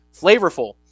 flavorful